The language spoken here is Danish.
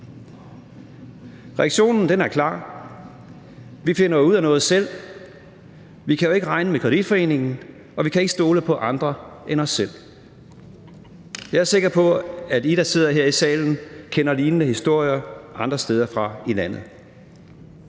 Reaktionen er klar: Vi finder ud af noget selv, vi kan jo ikke regne med kreditforeningen, og vi kan ikke stole på andre end os selv. Jeg er sikker på, at I, der sidder her i salen, kender lignende historier fra andre steder i landet.